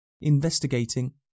investigating